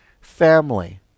family